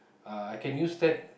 uh I can use that